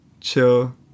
chill